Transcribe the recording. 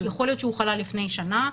יכול להיות שהוא חלה לפני שנה,